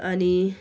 अनि